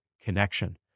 connection